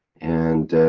and.